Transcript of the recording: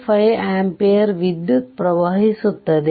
5 ampere ವಿದ್ಯುತ್ ಪ್ರವಹಿಸುತ್ತದೆ